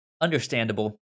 Understandable